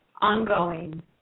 ongoing